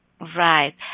Right